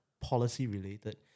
policy-related